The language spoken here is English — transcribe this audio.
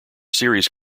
series